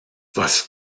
was